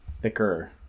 Thicker